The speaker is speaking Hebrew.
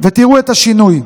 ותראו את השינוי.